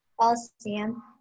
Coliseum